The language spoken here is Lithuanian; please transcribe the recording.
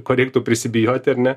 ko reiktų prisibijoti ar ne